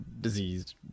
diseased